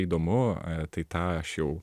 įdomu tai tą aš jau